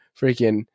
freaking